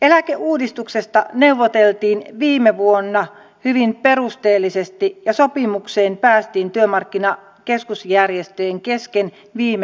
eläkeuudistuksesta neuvoteltiin viime vuonna hyvin perusteellisesti ja sopimukseen päästiin työmarkkinakeskusjärjestöjen kesken viime syksynä